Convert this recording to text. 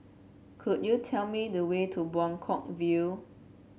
could you tell me the way to Buangkok View